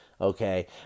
Okay